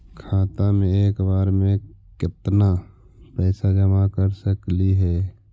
खाता मे एक बार मे केत्ना पैसा जमा कर सकली हे?